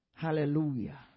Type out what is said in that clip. Hallelujah